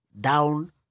down